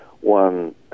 one